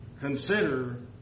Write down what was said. Consider